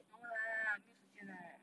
no lah 没有时间 lah